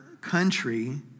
country